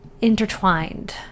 Intertwined